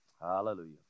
Hallelujah